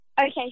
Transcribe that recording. Okay